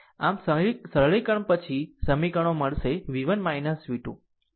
આમ સરળીકરણ પછી આ સમીકરણો મળશે v 1 v 2 બરાબર 20